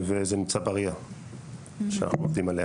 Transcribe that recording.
וזה נמצא ב-RIA שאנחנו עובדים עליה.